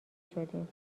شدیم